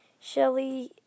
Shelly